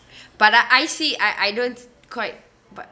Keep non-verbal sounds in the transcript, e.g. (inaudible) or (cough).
(breath) but I I see I I don't quite but